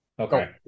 Okay